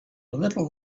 little